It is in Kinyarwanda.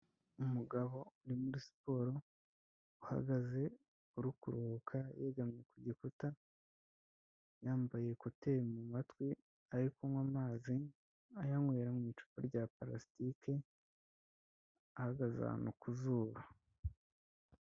Umugabo uri muri siporo uhagaze uri kuruhuka yegamye ku gikuta, yambaye kuteri mu matwi, ari kunywa amazi, ayanywera mu icupa rya parasitike, ahagaze ahantu ku zuba.